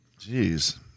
Jeez